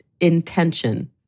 intention